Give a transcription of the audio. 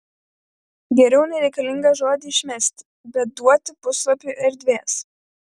geriau nereikalingą žodį išmesti bet duoti puslapiui erdvės